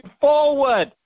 forward